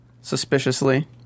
suspiciously